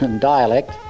dialect